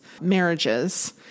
marriages